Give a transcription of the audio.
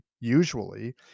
usually